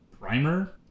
Primer